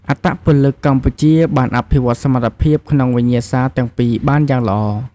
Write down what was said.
អត្តពលិកកម្ពុជាបានអភិវឌ្ឍសមត្ថភាពក្នុងវិញ្ញាសាទាំងពីរបានយ៉ាងល្អ។